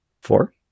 four